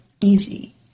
easy